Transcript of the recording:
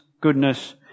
goodness